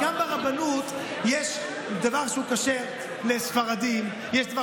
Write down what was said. גם ברבנות יש דבר שהוא כשר לספרדים, יש דבר